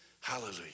Hallelujah